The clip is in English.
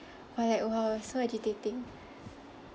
!wah! like !wow! so agitating